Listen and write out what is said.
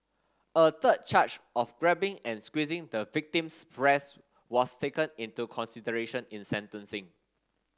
a third charge of grabbing and squeezing the victim's breasts was taken into consideration in sentencing